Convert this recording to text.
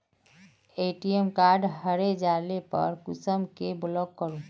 ATM card हरे जाले पर कुंसम के ब्लॉक करूम?